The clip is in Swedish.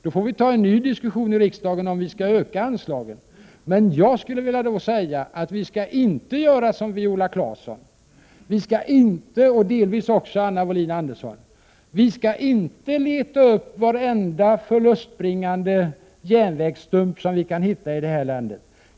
Då får vi ta en ny diskussion med riksdagen, om huruvida vi skall öka anslagen. Men jag skulle vilja säga att vi inte skall göra som Viola Claesson och delvis även Anna Wohlin-Andersson vill: vi skall inte leta upp varenda förlustbringande järnvägsstump vi kan hitta i landet.